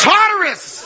Tartarus